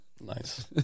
Nice